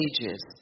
ages